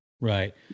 Right